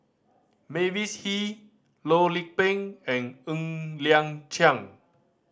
Mavis Hee Loh Lik Peng and Ng Liang Chiang